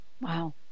Wow